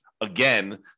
again